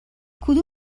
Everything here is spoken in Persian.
کدوم